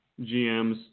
GMs